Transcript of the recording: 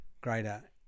greater